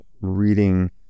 reading